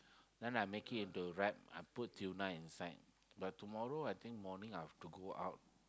then I make it into wrap I put tuna inside but tomorrow I think morning I have to go out